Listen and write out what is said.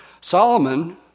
Solomon